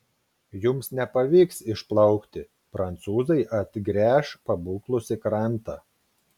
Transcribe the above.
jums nepavyks išplaukti prancūzai atgręš pabūklus į krantą